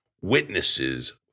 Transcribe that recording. witnesses